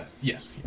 Yes